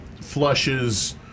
flushes